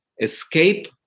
escape